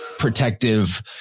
Protective